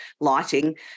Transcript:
lighting